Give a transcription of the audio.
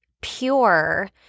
pure